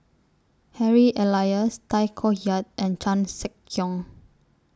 Harry Elias Tay Koh Yat and Chan Sek Keong